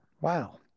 Wow